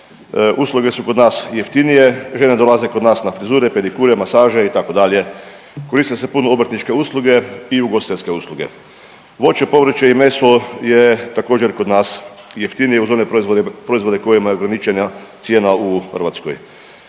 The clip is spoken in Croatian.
usluge su kod nas jeftinije, žene dolaze kod nas na frizure, pedikure, masaže itd. Koriste se puno obrtničke usluge i ugostiteljske usluge. Voće, povrće i meso je također kod nas jeftinije uz one proizvode kojima je ograničena cijena u Hrvatskoj.